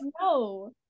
no